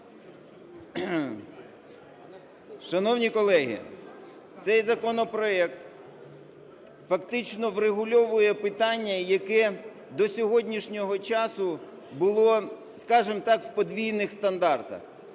Шановні колеги, цей законопроект фактично врегульовує питання, яке до сьогоднішнього часу було, скажемо так, в подвійних стандартах.